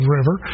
River